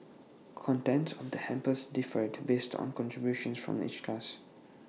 contents of the hampers differed based on contributions from each class